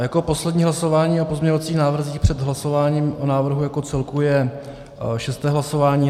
Jako poslední hlasování o pozměňovacích návrzích před hlasováním o návrhu jako celku je šesté hlasování.